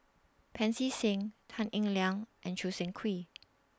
Pancy Seng Tan Eng Liang and Choo Seng Quee